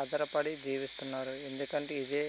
ఆధారపడి జీవిస్తున్నారు ఎందుకంటే ఇది